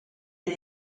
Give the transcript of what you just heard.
les